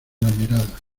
mirada